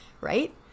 right